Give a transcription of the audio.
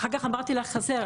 אחר כך אמרתי לך חסר,